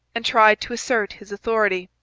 and tried to assert his authority.